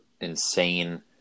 insane